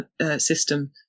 system